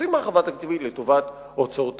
עושים הרחבה תקציבית לטובת הוצאות צבאיות.